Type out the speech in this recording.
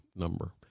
number